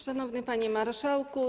Szanowny Panie Marszałku!